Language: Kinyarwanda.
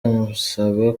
amusaba